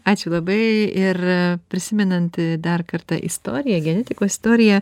ačiū labai ir prisimenant dar kartą istoriją genetikos istoriją